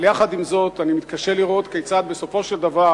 אבל יחד עם זאת אני מתקשה לראות כיצד בסופו של דבר